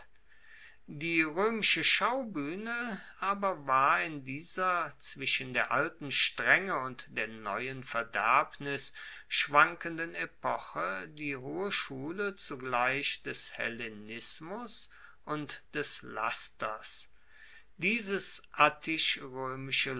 die roemische schaubuehne aber war in dieser zwischen der alten strenge und der neuen verderbnis schwankenden epoche die hohe schule zugleich des hellenismus und des lasters dieses